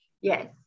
Yes